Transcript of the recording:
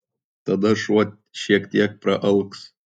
tada šuo šiek tiek praalks